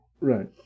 Right